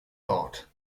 thought